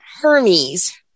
Hermes